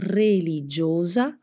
religiosa